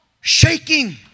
Shaking